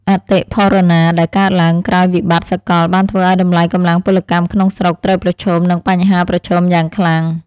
អតិផរណាដែលកើតឡើងក្រោយវិបត្តិសកលបានធ្វើឱ្យតម្លៃកម្លាំងពលកម្មក្នុងស្រុកត្រូវប្រឈមនឹងបញ្ហាប្រឈមយ៉ាងខ្លាំង។